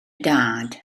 dad